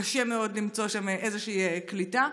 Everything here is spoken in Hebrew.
קשה מאוד למצוא שם איזושהי קליטה.